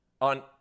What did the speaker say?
On